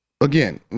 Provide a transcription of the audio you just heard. Again